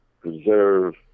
preserve